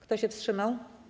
Kto się wstrzymał?